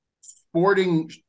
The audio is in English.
sporting